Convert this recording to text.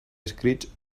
escrits